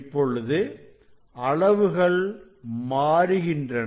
இப்பொழுது அளவுகள் மாறுகின்றன